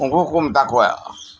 ᱠᱳᱸᱵᱽᱲᱳᱠᱚ ᱢᱮᱛᱟ ᱠᱚᱣᱟ